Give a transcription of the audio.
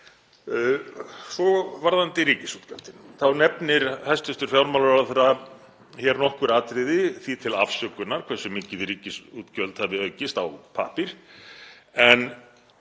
Varðandi ríkisútgjöldin þá nefnir hæstv. fjármálaráðherra hér nokkur atriði því til afsökunar hversu mikið ríkisútgjöld hafi aukist á pappír